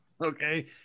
Okay